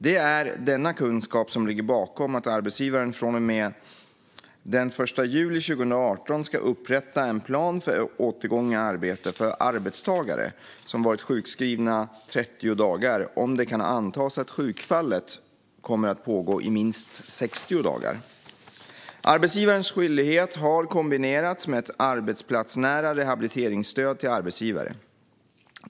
Det är denna kunskap som ligger bakom att arbetsgivaren från och med den 1 juli 2018 ska upprätta en plan för återgång i arbete för arbetstagare som varit sjukskrivna 30 dagar, om det kan antas att sjukfallet kommer att pågå i minst 60 dagar. Arbetsgivares skyldighet har kombinerats med ett arbetsplatsnära rehabiliteringsstöd till arbetsgivare.